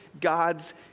God's